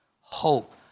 hope